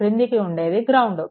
క్రింద ఉండేడి గ్రౌండ్